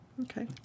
Okay